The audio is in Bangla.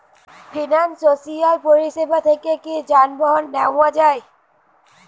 ফিনান্সসিয়াল পরিসেবা থেকে কি যানবাহন নেওয়া যায়?